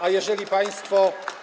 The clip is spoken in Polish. A jeżeli państwo.